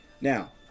Now